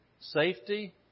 safety